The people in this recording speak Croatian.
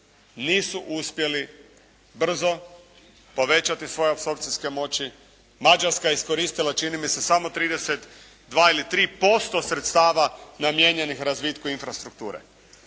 nisu uspjeli brzo povećati svoje apsorpcijske moći. Mađarska je iskoristila čini mi se samo 32 i 33% sredstava namijenjenih razvitku infrastrukture.